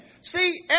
see